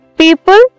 people